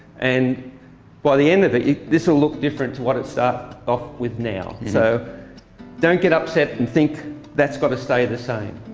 and by the end of it this will look different to what it started off with now. so don't get upset and think that's got to stay the same.